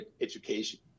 education